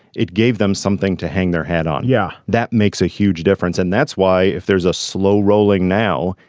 it gave them something to hang their head on. yeah that makes a huge difference and that's why if there's a slow rolling now.